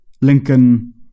Lincoln